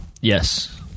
Yes